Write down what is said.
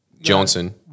Johnson